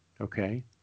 Okay